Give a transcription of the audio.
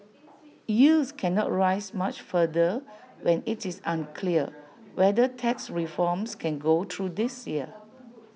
yields cannot rise much further when IT is unclear whether tax reforms can go through this year